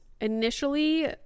initially